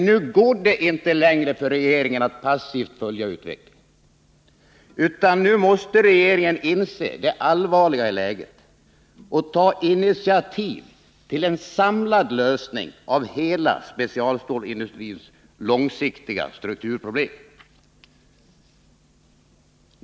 Nu går det inte längre för regeringen att passivt följa utvecklingen, utan nu måste regeringen inse det allvarliga i läget och ta initiativ till en samlad lösning av hela specialstålsindustrins långsiktiga strukturproblem.